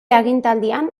agintaldian